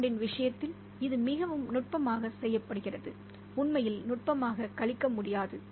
பாண்டின் Bond விஷயத்தில் இது மிகவும் நுட்பமாக செய்யப்படுகிறது உண்மையில் நுட்பமாகக் கழிக்க முடியாது